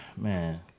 man